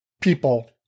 people